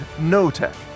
no-tech